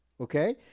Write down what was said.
Okay